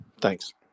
Thanks